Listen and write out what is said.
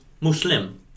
Muslim